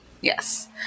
Yes